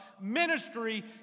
ministry